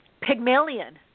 Pygmalion